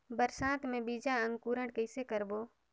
बरसात मे बीजा अंकुरण कइसे करबो?